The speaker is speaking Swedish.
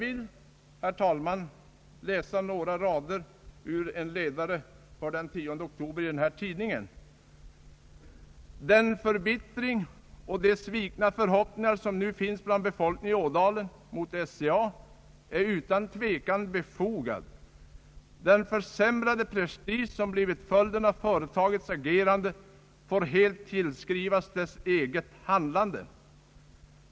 I en ledare för den 10 oktober i denna tidning sägs: »Den förbittring och de svikna förhoppningar som nu finns bland befolkningen i Ådalen mot SCA är utan tvekan befogade. Den försämrade prestige som blivit följden av företagets agerande får helt tillskrivas dess eget handlande.